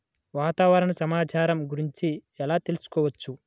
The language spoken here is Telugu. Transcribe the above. వాతావరణ సమాచారం గురించి ఎలా తెలుసుకోవచ్చు?